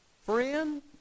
Friend